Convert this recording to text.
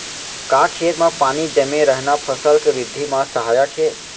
का खेत म पानी जमे रहना फसल के वृद्धि म सहायक हे?